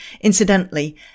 Incidentally